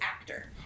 actor